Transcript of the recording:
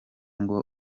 ngo